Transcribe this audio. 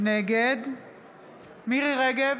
נגד מירי מרים רגב,